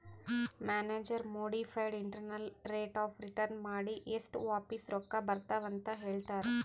manager modified internal rate of return ಮಾಡಿನೆ ಎಸ್ಟ್ ವಾಪಿಸ್ ರೊಕ್ಕಾ ಬರ್ತಾವ್ ಅಂತ್ ಹೇಳ್ತಾರ್